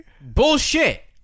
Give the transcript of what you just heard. Bullshit